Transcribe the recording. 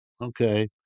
Okay